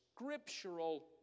scriptural